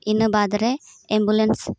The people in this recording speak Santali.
ᱤᱱᱟᱹᱵᱟᱫᱽ ᱨᱮ ᱮᱹᱢᱵᱩᱞᱮᱱᱥ